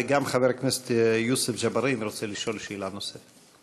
גם חבר הכנסת יוסף ג'בארין רוצה לשאול שאלה נוספת.